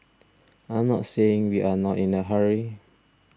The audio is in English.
I'm not saying we are not in a hurry